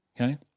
Okay